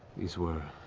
these were